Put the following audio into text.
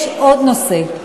יש עוד נושא.